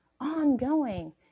Ongoing